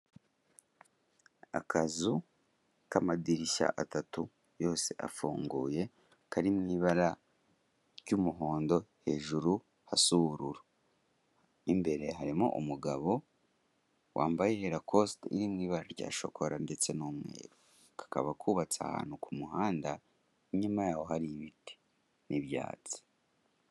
Akazu k'amadirishya atatu, yose afunguye, kari mu ibara ry'umuhondo, hejuru hasa ubururu. Imbere harimo umugabo wambaye lakosite iri mu ibara rya shokora ndetse n'umweru. Kakaba kubatse ahantu ku muhanda, inyuma yaho hari ibiti n'ibyatsi.